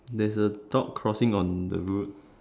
there is a dog crossing on the road